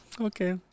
okay